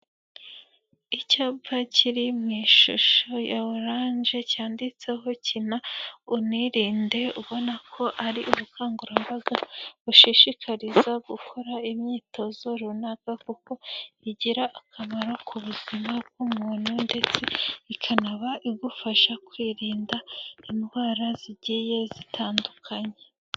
Icyapa kiri mu ishusho ya orange cyanditseho kina unirinde, ubona ko ari ubukangurambaga bushishikariza gukora imyitozo runaka, kuko igira akamaro ku buzima bw'umuntu ndetse ikanaba igufasha kwirinda indwara zigiye zitandukanye.